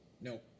No